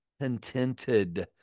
contented